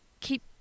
Keep